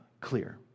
clear